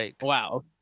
Wow